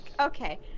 Okay